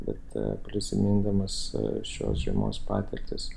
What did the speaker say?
bet prisimindamas šios žiemos patirtis